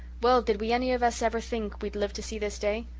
well, did we any of us ever think we'd live to see this day?